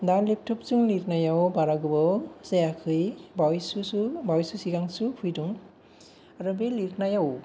दा लेफथफ जों लिरनायाव बारा गोबाव जायाखै बावयैसो बावयैसो सिगां सो फैदों आरो बे लिरनायाव